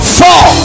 four